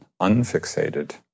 unfixated